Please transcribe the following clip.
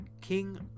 King